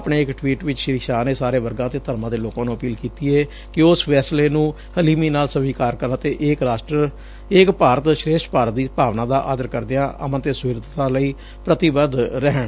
ਆਪਣੇ ਇਕ ਟਵੀਟ ਵਿਚ ਸ੍ਰੀ ਸ਼ਾਹ ਨੇ ਸਾਰੇ ਵਰਗਾਂ ਅਤੇ ਧਰਮਾਂ ਦੇ ਲੋਕਾਂ ਨੁੰ ਅਪੀਲ ਕੀਤੀ ਏ ਕਿ ਉਹ ਇਸ ਫੈਸਲੇ ਨੂੰ ਹਲੀਮੀ ਨਾਲ ਸਵੀਕਾਰ ਕਰਨ ਅਤੇ ਏਕ ਭਾਰਤ ਸ਼ੇਸ਼ਟ ਭਾਰਤ ਦੀ ਭਾਵਨਾ ਦਾ ਆਦਰ ਕਰਦਿਆਂ ਅਮਨ ਅਤੇ ਸੁਹਿਰਦਤਾ ਲਈ ਪ੍ਰਤੀਬੱਧ ਰਹਿਣ